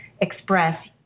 express